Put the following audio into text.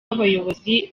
abayobozi